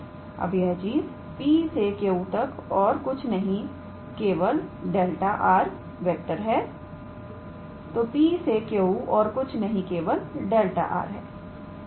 अब यह चीज P से Q तक और कुछ नहीं केवल 𝛿𝑟⃗ है तोP से Q और कुछ नहीं केवल 𝛿𝑟⃗ है